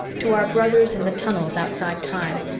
to our brothers in the tunnels outside time,